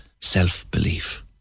self-belief